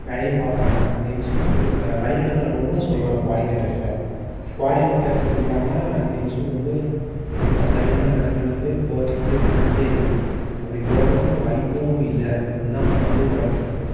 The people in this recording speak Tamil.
வேலையும் பார்க்கறாங்க அந்த இன்ஸ்ட்யூட்டோடய வழி நடத்துறவங்கன்னே சொல்லாம் கோஆர்டினேட்டர்ஸ் கோஆர்டினேட்டரஸ் இல்லாமல் அந்த இன்ஸ்ட்யூட் வந்து ஒழுங்காக சரியான நிலமையில வந்து போகிறத்துக்கு சான்ஸே இல்லை அப்படி போகவும் வாய்ப்பும் இல்லை அது தான் வந்து கோஆர்டினேட்டர்